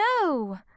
no